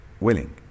willing